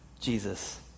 Jesus